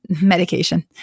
Medication